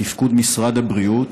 בתפקוד משרד הבריאות,